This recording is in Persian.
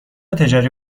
تجاری